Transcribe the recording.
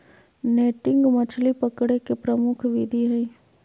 netting मछली पकडे के प्रमुख विधि हइ